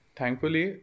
thankfully